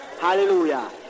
Hallelujah